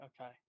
Okay